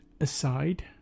aside